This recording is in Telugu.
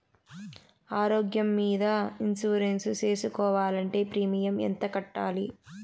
ఆరోగ్యం మీద ఇన్సూరెన్సు సేసుకోవాలంటే ప్రీమియం ఎంత కట్టాలి?